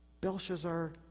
Belshazzar